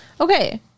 Okay